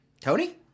Tony